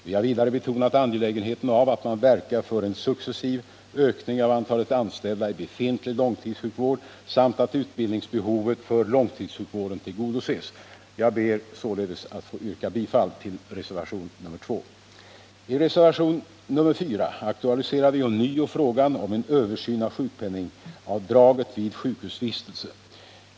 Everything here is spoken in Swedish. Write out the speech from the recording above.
Vi har vidare betonat angelägenheten av att man verkar för en successiv ökning av antalet anställda i befintlig långtidssjukvård samt att utbildningsbehovet för långtidssjukvården tillgodoses. Jag ber således att få yrka bifall till reservation nr 2. I reservation nr4 aktualiserar vi ånyo frågan om en översyn av sjukpenningavdraget vid sjukhusvistelse.